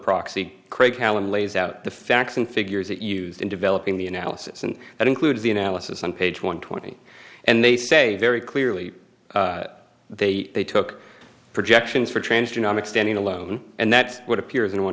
proxy craig callan lays out the facts and figures that used in developing the analysis and that includes the analysis on page one twenty and they say very clearly they they took projections for transgenic standing alone and that's what appears in one